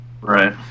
Right